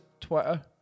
Twitter